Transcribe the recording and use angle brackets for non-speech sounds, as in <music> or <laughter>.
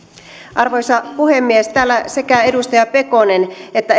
arvoisa puhemies täällä sekä edustaja pekonen että <unintelligible>